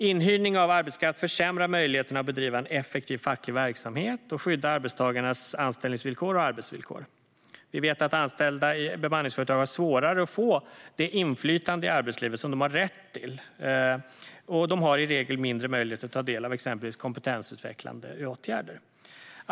Inhyrning av arbetskraft försämrar möjligheterna att bedriva effektiv facklig verksamhet och att skydda arbetstagarnas anställnings och arbetsvillkor. Vi vet att anställda i bemanningsföretag har svårare att få det inflytande i arbetslivet som de har rätt till. De har i regel mindre möjlighet att ta del av exempelvis kompetensutvecklande åtgärder.